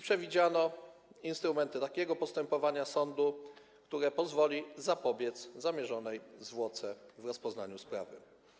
Przewidziano instrumenty takiego postępowania sądu, które pozwoli zapobiec zamierzonej zwłoce w rozpoznaniu sprawy.